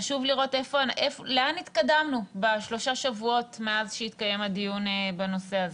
חשוב לראות לאן התקדמנו בשלושה השבועות מאז שהתקיים הדיון בנושא הזה.